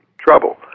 trouble